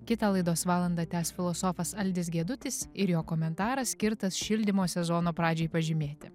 kitą laidos valandą tęs filosofas algis gedutis ir jo komentaras skirtas šildymo sezono pradžiai pažymėti